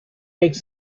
make